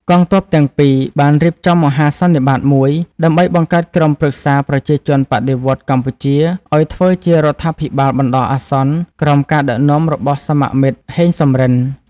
កងទ័ពទាំងពីរ បានរៀបចំមហាសន្និបាតមួយ ដើម្បីបង្កើតក្រុមប្រឹក្សាប្រជាជនបដិវត្តន៍កម្ពុជាឱ្យធ្វើជារដ្ឋាភិបាលបណ្តោះអាសន្នក្រោម ការដឹកនាំរបស់សមមិត្ត ហេង សំរិន។